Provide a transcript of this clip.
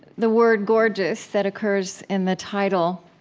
the word gorgeous that occurs in the title,